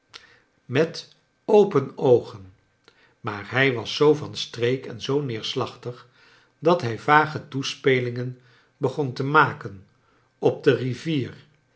met open oogen maar hij was zoo van streek en zoo neerslachtig dat hij vage toespelingen begon te maken op de rivier